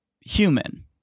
human